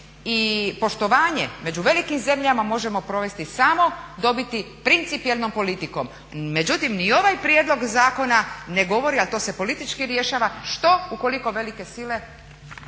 i poštovanje među velikim zemljama možemo provesti samo dobiti principijelnom politikom. Međutim ni ovaj prijedlog zakona ne govori, ali to se politički rješava, što ukoliko velike sile